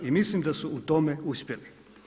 I mislim da su u tome uspjeli.